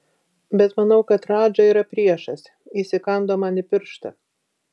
bet manau kad radža yra priešas jis įkando man į pirštą